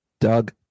Doug